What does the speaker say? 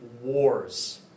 wars